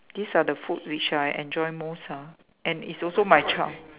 these are the food which I enjoy most ah and is also my child